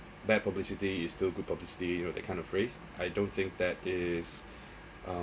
bad publicity is still good publicity you know that kind of phrase I don't think that is